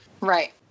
Right